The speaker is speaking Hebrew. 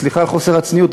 סליחה על חוסר הצניעות,